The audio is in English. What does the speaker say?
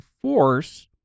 force